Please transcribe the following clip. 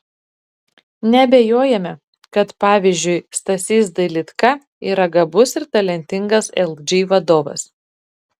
neabejojame kad pavyzdžiui stasys dailydka yra gabus ir talentingas lg vadovas